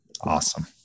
Awesome